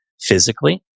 physically